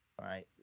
Right